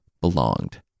belonged